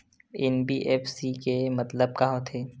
NBFC के मतलब का होथे?